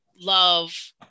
love